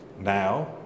Now